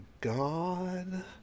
God